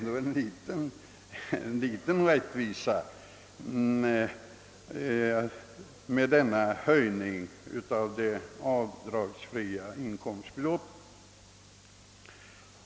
Det är ändå en liten förbättring.